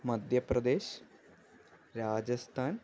Madhya Pradesh Rajasthan